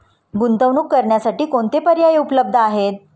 गुंतवणूक करण्यासाठी कोणते पर्याय उपलब्ध आहेत?